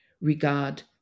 regard